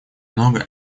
много